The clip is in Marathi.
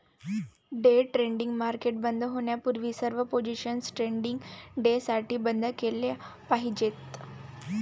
डे ट्रेडिंग मार्केट बंद होण्यापूर्वी सर्व पोझिशन्स ट्रेडिंग डेसाठी बंद केल्या पाहिजेत